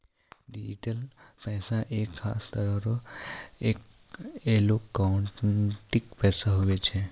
digital पैसा एक खास तरह रो एलोकटानिक पैसा हुवै छै